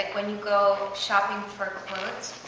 when you go shopping for clothes,